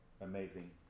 amazing